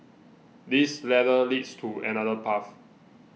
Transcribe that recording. this ladder leads to another path